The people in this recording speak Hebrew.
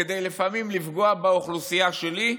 כדי לפעמים לפגוע באוכלוסייה שלי,